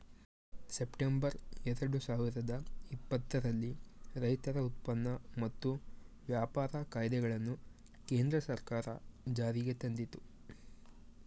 September ಎರಡು ಸಾವಿರದ ಇಪ್ಪತ್ತರಲ್ಲಿ ರೈತರ ಉತ್ಪನ್ನ ಮತ್ತು ವ್ಯಾಪಾರ ಕಾಯ್ದೆಗಳನ್ನು ಕೇಂದ್ರ ಸರ್ಕಾರ ಜಾರಿಗೆ ತಂದಿತು